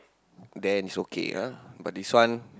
then it's okay ah but this one